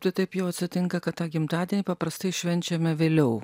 tai taip jau atsitinka kad tą gimtadienį paprastai švenčiame vėliau